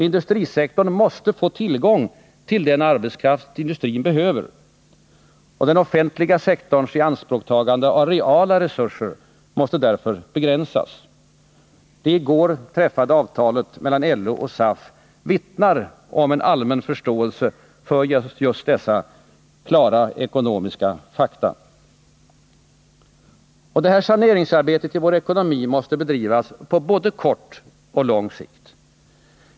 Industrisektorn måste få tillgång till den arbetskraft industrin behöver. Den offentliga sektorns ianspråktagande av reala resurser måste därför begränsas. Det i går träffade avtalet mellan LO och SAF vittnar om allmän förståelse för just dessa klara ekonomiska fakta. Det här saneringsarbetet i vår ekonomi måste bedrivas på både kort och lång sikt.